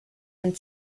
ein